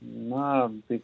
na tai